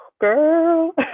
Girl